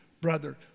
brother